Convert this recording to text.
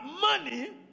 money